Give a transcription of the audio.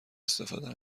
استفاده